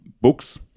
books